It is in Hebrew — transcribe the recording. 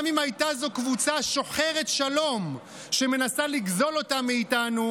גם אם הייתה זו קבוצה שוחרת שלום שמנסה לגזול אותה מאיתנו,